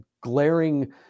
glaring